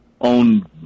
owned